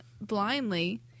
blindly